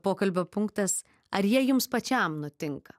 pokalbio punktas ar jie jums pačiam nutinka